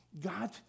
God